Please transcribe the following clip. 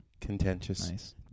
contentious